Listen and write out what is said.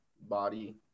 body